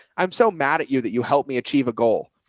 i'm so mad at you that you helped me achieve a goal.